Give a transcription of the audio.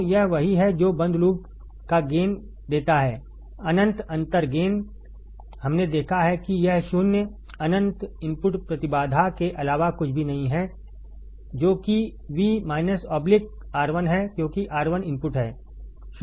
तो यह वही है जो बंद लूप का गेन देता है अनंत अंतर गेन हमने देखा है कि यह शून्य अनंत इनपुट प्रतिबाधा के अलावा कुछ भी नहीं है जो कि V R1 है क्योंकि R1 इनपुट है